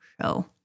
show